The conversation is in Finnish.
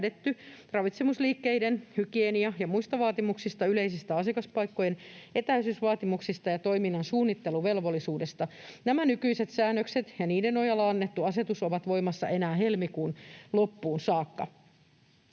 ravitsemisliikkeiden hygienia‑ ja muista vaatimuksista, yleisistä asiakaspaikkojen etäisyysvaatimuksista ja toiminnan suunnitteluvelvollisuudesta. Nämä nykyiset säännökset ja niiden nojalla annettu asetus ovat voimassa enää helmikuun loppuun saakka.